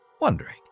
wondering